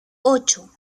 ocho